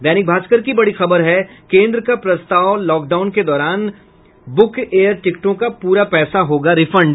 दैनिक भास्कर की बड़ी खबर है केन्द्र का प्रस्ताव लॉकडाउन के दौरान ब्रुक एयर टिकटों का पूरा पैसा होगा रिफंड